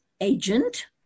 agent